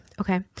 Okay